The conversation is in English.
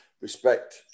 respect